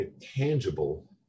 tangible